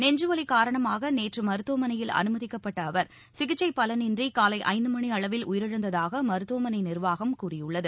நெஞ்சுவலி காரணமாக நேற்று மருத்துவமனையில் அனுமதிக்கப்பட்ட அவர் சிகிச்சை பலனின்றி காலை ஐந்து மணி அளவில் உயிரிழந்ததாக மருத்துவமனை நிர்வாகம் கூறியுள்ளது